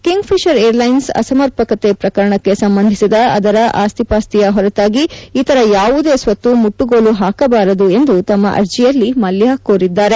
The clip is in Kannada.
ಕಿಂಗ್ ಫಿಷರ್ ಏರ್ ಲೈನ್ಸ್ ಅಸಮರ್ಪಕತೆ ಪ್ರಕರಣಕ್ಕೆ ಸಂಬಂಧಿಸಿದ ಅದರ ಆಸ್ತಿಪಾಸ್ತಿಯ ಹೊರತಾಗಿ ಇತರ ಯಾವುದೇ ಸ್ವತ್ತು ಮುಟ್ಟುಗೋಲು ಹಾಕಬಾರದು ಎಂದು ತಮ್ಮ ಅರ್ಜಿಯಲ್ಲಿ ಮಲ್ಯ ಕೋರಿದ್ದಾರೆ